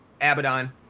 Abaddon